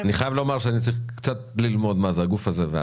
אני חייב לומר שאני צריך קצת ללמוד מה זה הגוף הזה.